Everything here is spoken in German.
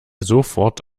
sofort